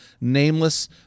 nameless